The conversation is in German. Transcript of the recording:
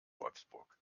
wolfsburg